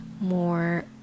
more